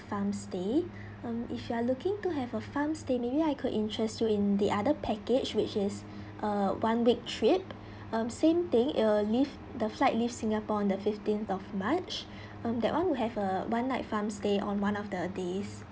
farm stay um if you are looking to have a farm stay maybe I could interest you in the other package which is uh one week trip um same thing it will leave the flight leave singapore on the fifteenth of march um that [one] will have a one night farm stay on one of the days